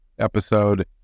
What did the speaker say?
episode